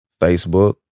facebook